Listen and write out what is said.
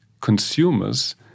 consumers